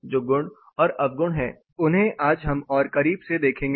जो गुण और अवगुण हैं उन्हें आज हम और अधिक करीब से देखेंगे